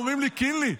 הם אומרים לי: קינלי,